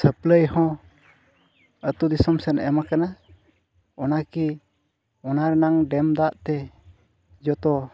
ᱦᱚᱸ ᱟᱛᱳᱼᱫᱤᱥᱚᱢ ᱥᱮᱫ ᱮᱢ ᱟᱠᱟᱱᱟ ᱚᱱᱟ ᱠᱤ ᱚᱱᱟ ᱨᱮᱱᱟᱜ ᱫᱟᱜᱛᱮ ᱡᱚᱛᱚ